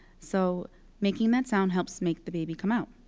so making that sound helps make the baby come out.